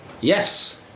Yes